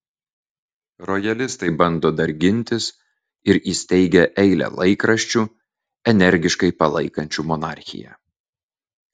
rojalistai bando dar gintis ir įsteigia eilę laikraščių energiškai palaikančių monarchiją